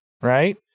Right